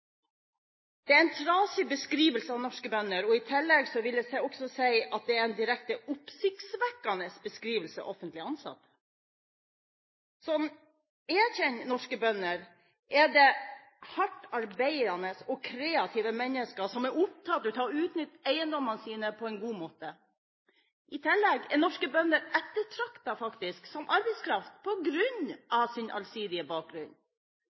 Dette er en trasig beskrivelse av norske bønder, og i tillegg vil jeg også si at det er en direkte oppsiktsvekkende beskrivelse av offentlig ansatte. Slik jeg kjenner norske bønder, er det hardt arbeidende og kreative mennesker som er opptatt av å utnytte eiendommene sine på en god måte. I tillegg er norske bønder faktisk ettertraktet som arbeidskraft på grunn av sin allsidige bakgrunn,